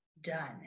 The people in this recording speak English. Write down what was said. done